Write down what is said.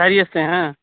خیریت سے ہیں